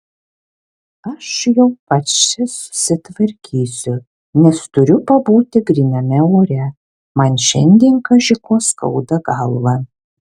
aš jau pats čia susitvarkysiu nes turiu pabūti gryname ore man šiandien kaži ko skauda galvą